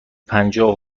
پنجاه